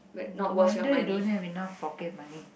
no wonder you don't have enough pocket money